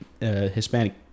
Hispanic